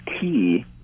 key